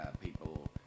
People